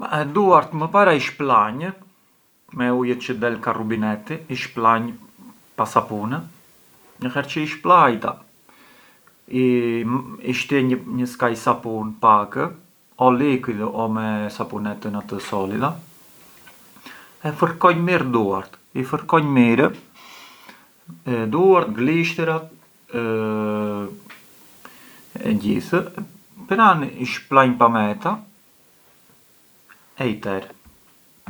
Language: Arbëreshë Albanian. E duart më para i shplanj me ujët çë del ka rubineti, i shplanj pa sapun, një her çë i shplajta i shtie një skaj sapun, pak, o liquidu o me sapunetën atë solida e fërkonj mirë duart, i fërkonj mirë, duart, glishtrat e gjithë e pran i shplanj pameta e i ter.